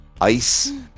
ice